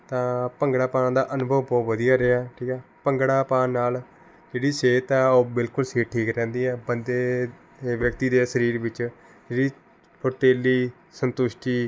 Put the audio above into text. ਤਾਂ ਭੰਗੜਾ ਪਾਉਣ ਦਾ ਅਨੁਭਵ ਬਹੁਤ ਵਧੀਆ ਰਿਹਾ ਠੀਕ ਹੈ ਭੰਗੜਾ ਪਾਉਣ ਨਾਲ ਜਿਹੜੀ ਸਿਹਤ ਹੈ ਉਹ ਬਿਲਕੁਲ ਸੀ ਠੀਕ ਰਹਿੰਦੀ ਆ ਬੰਦੇ ਵਿਅਕਤੀ ਦੇ ਸਰੀਰ ਵਿੱਚ ਜਿਹੜੀ ਫੁਰਤੀਲੀ ਸੰਤੁਸ਼ਟੀ